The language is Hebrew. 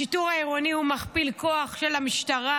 השיטור העירוני הוא מכפיל כוח של המשטרה.